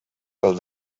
pel